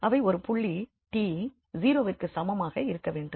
அவை ஒரு புள்ளி t 0விற்கு சமமாக இருக்க வேண்டும்